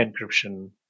encryption